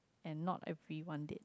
and not everyone that